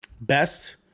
Best